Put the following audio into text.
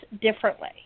differently